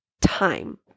time